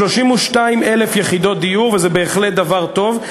כ-32,000 יחידות דיור, וזה בהחלט דבר טוב.